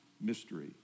mystery